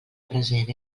present